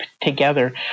together